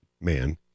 Man